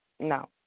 No